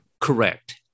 correct